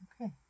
Okay